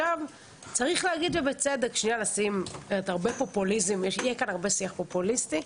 צריך להגיד, ובצדק, שיהיה כאן הרבה שיח פופוליסטי.